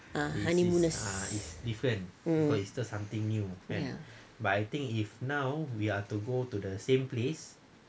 ah honeymoon is um